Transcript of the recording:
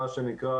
מה שנקרא,